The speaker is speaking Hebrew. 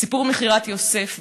סיפור מכירת יוסף,